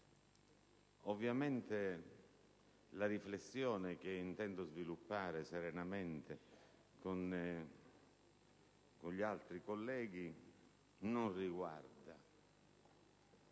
riflessione. La riflessione che intendo sviluppare serenamente con gli altri colleghi non riguarda